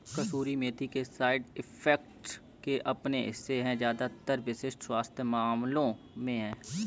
कसूरी मेथी के side effects के अपने हिस्से है ज्यादातर विशिष्ट स्वास्थ्य मामलों में है